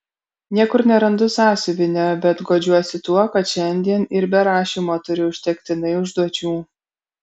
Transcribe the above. niekur nerandu sąsiuvinio bet guodžiuosi tuo kad šiandien ir be rašymo turiu užtektinai užduočių